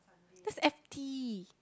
that's F_T